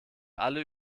alle